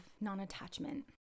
non-attachment